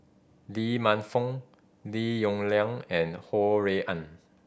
Lee Man Fong Lim Yong Liang and Ho Rui An